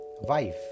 wife